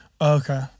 Okay